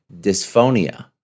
dysphonia